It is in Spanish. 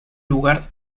lugar